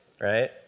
right